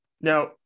Now